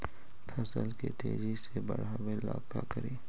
फसल के तेजी से बढ़ाबे ला का करि?